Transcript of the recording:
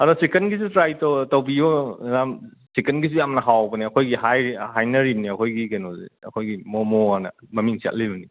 ꯑꯗꯣ ꯆꯤꯛꯀꯟꯒꯤꯖꯨ ꯇ꯭ꯔꯥꯏ ꯇꯧꯕꯤꯌꯣ ꯌꯥꯝ ꯆꯤꯛꯀꯟꯒꯤꯖꯨ ꯌꯥꯝꯅ ꯍꯥꯎꯕꯅꯦ ꯑꯩꯈꯣꯏꯒꯤ ꯍꯥꯏ ꯍꯥꯏꯅꯔꯤꯝꯅꯦ ꯑꯩꯈꯣꯏꯒꯤ ꯀꯩꯅꯣꯖꯦ ꯑꯩꯈꯣꯏꯒꯤ ꯃꯣꯃꯣꯑꯅ ꯃꯃꯤꯡ ꯆꯠꯂꯤꯕꯅꯤ